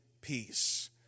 peace